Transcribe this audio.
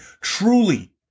Truly